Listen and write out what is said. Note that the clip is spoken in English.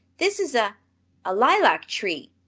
this is a a lilac tree!